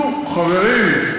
נו, חברים,